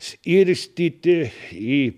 skirstyti į